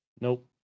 Nope